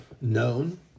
known